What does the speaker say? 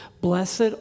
blessed